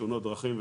תאונות דרכים,